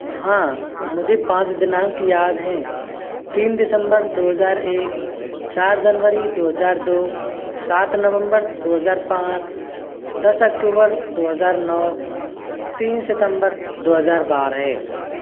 हाँ मुझे पाँच दिनांक याद हैं तीन दिसम्बर दो हजार एक चार जनवरी दो हजार दो सात नवम्बर दो हजार पाँच दस अक्टूबर दो हजार नौ तीन सितम्बर दो हजार बारह